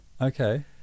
okay